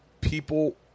People –